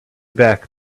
back